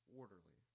orderly